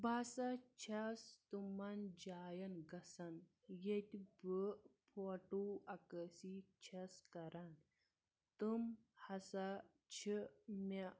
بہٕ ہَسا چھس تِمَن جایَن گژھان ییٚتہِ بہٕ فوٹو عکٲسی چھس کَران تِم ہَسا چھِ مےٚ